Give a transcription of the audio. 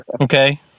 Okay